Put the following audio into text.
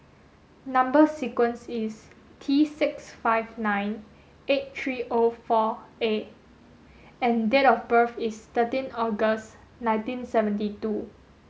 number sequence is T six five nine eight three O four A and date of birth is thirteen August nineteen seventy two